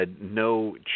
no